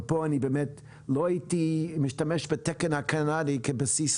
ופה באמת לא הייתי משתמש בתקן הקנדי כבסיס